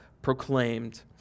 proclaimed